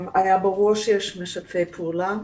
היה ברור שיש משתפי פעולה.